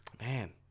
Man